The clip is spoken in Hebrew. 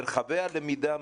מרחבי הלמידה,